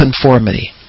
conformity